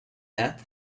that